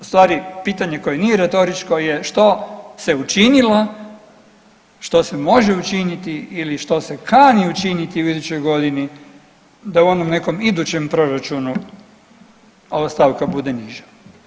U stvari pitanje koje nije retoričko je što se učinilo, što se može učiniti ili što se kani učiniti u idućoj godini da u onom nekom idućem proračunu ova stavka bude niža?